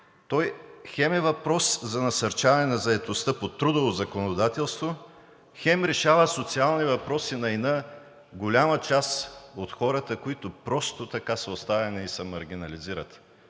хем е въпрос за насърчаване на заетостта по трудовото законодателство, хем решава социални въпроси на една голяма част от хората, които просто така са оставени и се маргинализират.